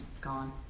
gone